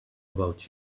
about